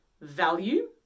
value